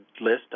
list